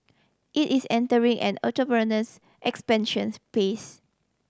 it is entering an autonomous expansions phase